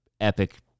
epic